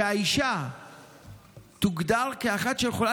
אנחנו מבקשים שהאישה תוגדר כאחת שיכולה